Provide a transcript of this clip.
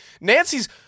Nancy's